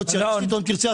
הסוציאליסטית - ואם תרצה,